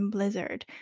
Blizzard